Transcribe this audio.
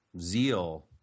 zeal